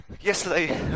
Yesterday